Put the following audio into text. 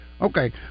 Okay